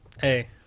Hey